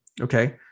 Okay